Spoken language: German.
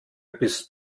bist